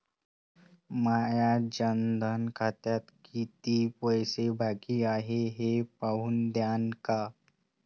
माया जनधन खात्यात कितीक पैसे बाकी हाय हे पाहून द्यान का?